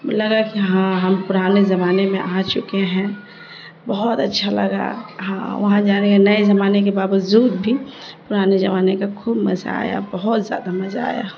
لگا کہ ہاں ہم پرانے زمانے میں آ چکے ہیں بہت اچھا لگا ہاں وہاں جانے کے نئے زمانے کے باوجود بھی پرانے زمانے کا خوب مزہ آیا بہت زیادہ مزہ آیا